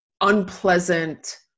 unpleasant